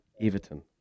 Everton